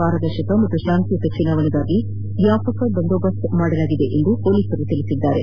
ಪಾರದರ್ಶಕ ಹಾಗೂ ಶಾಂತಿಯುತ ಚುನಾವಣೆಗೆ ವ್ಲಾಪಕ ಬಂದೋಬಸ್ತ್ ಮಾಡಲಾಗಿದೆ ಎಂದು ಪೊಲೀಸರು ತಿಳಿಸಿದ್ದಾರೆ